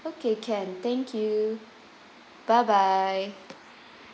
okay can and thank you bye bye